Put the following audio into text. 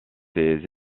ces